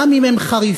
גם אם הם חריפים,